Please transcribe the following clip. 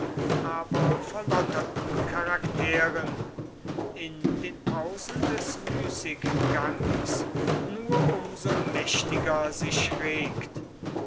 aber verlotterten charakteren in den pausen des müßiggangs nur um so mächtiger sich regt